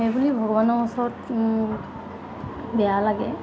সেই বুলি ভগৱানৰ ওচৰত বেয়া লাগে